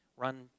run